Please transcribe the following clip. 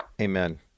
Amen